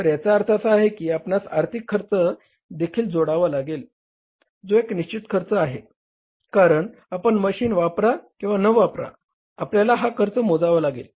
तर याचा अर्थ असा आहे की आपणास आर्थिक खर्च देखील जोडावा लागेल जो एक निश्चित खर्च आहे कारण आपण मशीन वापरा किंवा न वापरा आपल्याला हा खर्च मोजावा लागेल